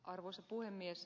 arvoisa puhemies